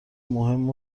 مهم